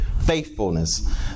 faithfulness